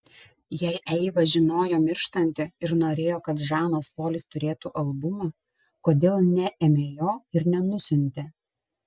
jei eiva žinojo mirštanti ir norėjo kad žanas polis turėtų albumą kodėl neėmė jo ir nenusiuntė